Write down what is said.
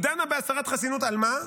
היא דנה בהסרת חסינות, על מה?